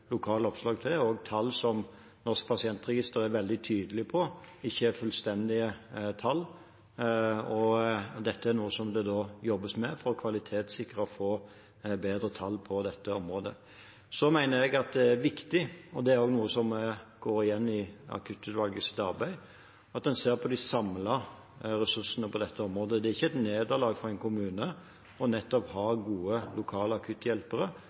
tall som Norsk pasientregister er veldig tydelig på at ikke er fullstendige tall. Dette er noe som det jobbes med for å kvalitetssikre og for å få bedre tall på dette området. Så mener jeg det er viktig – og det er noe som går igjen i Akuttutvalgets arbeid – at en ser på de samlede ressursene på dette området. Det er ikke et nederlag for en kommune å ha gode lokale akutthjelpere